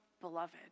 beloved